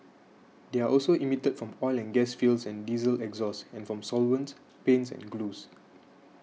they are also emitted from oil and gas fields and diesel exhaust and from solvents paints and glues